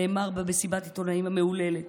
נאמר במסיבת העיתונאים המהוללת.